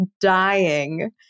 dying